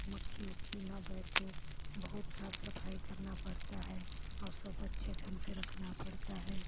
मक्खी उक्खी न बैठे बहुत साफ़ सफ़ाई करना पड़ता है और सब अच्छे ढंग से रखना पड़ता है